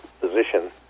position